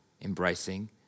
embracing